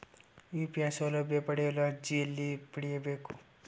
UPI ಸೌಲಭ್ಯ ಪಡೆಯಲು ಅರ್ಜಿ ಎಲ್ಲಿ ಪಡಿಬೇಕು?